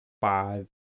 five